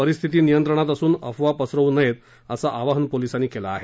परिस्थिती नियंत्रणात असून अफवा पसरवू नये असं आवाहन पोलिसांनी केलं आहे